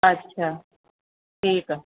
अच्छा ठीकु आहे